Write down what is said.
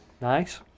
Nice